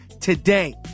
today